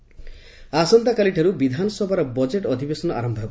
ବିଧାନସଭା ଆସନ୍ତାକାଲିଠାରୁ ବିଧାନସଭାର ବଜେଟ୍ ଅଧିବେଶନ ଆର ହେବ